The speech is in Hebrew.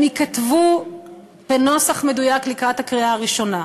הם ייכתבו בנוסח מדויק לקראת הקריאה הראשונה.